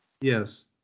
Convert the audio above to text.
Yes